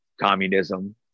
Communism